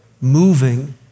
Moving